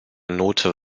note